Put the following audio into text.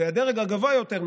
בדרג הגבוה יותר,